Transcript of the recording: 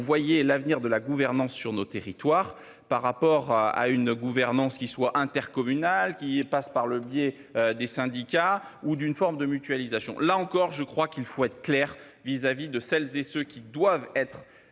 voyez l'avenir de la gouvernance sur nos territoires. Par rapport à une gouvernance qui soit intercommunal qui passe par le biais des syndicats ou d'une forme de mutualisation là encore je crois qu'il faut être clair vis-à-vis de celles et ceux qui doivent être.